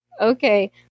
Okay